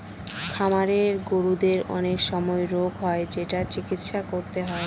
খামারের গরুদের অনেক সময় রোগ হয় যেটার চিকিৎসা করতে হয়